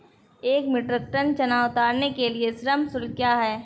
एक metric tonne चना उतारने के लिए श्रम शुल्क क्या है?